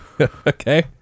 Okay